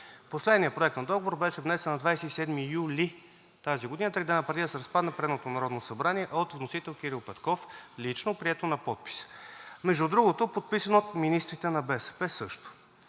Последният проект на договор беше внесен на 27 юли тази година, три дни преди да се разпадне предното Народно събрание, от вносител Кирил Петков, лично, прието на подпис. Между другото, подписано от министрите на БСП също.